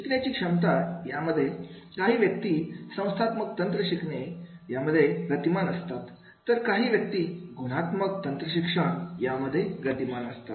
शिकण्याची क्षमता यामध्ये काही व्यक्ती संख्यात्मक तंत्र शिकणे मध्ये गतिमान असतात तर काही व्यक्ती गुणात्मक तंत्रशिक्षण यामध्ये गतिमान असतात